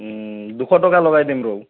দুশ টকা লগাই দিম বাৰু